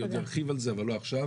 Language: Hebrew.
אני עוד ארחיב על זה אבל לא עכשיו.